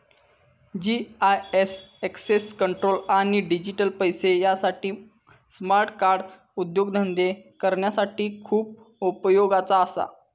GIS access control आणि digital पैशे यासाठी स्मार्ट कार्ड उद्योगधंदे करणाऱ्यांसाठी खूप उपयोगाचा असा